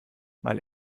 mal